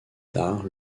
tard